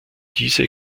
diese